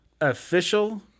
official